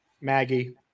Maggie